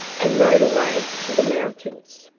and rode away to the mountains.